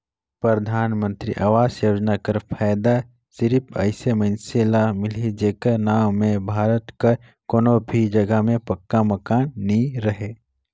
परधानमंतरी आवास योजना कर फएदा सिरिप अइसन मइनसे ल मिलथे जेकर नांव में भारत कर कोनो भी जगहा में पक्का मकान नी रहें